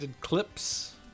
clips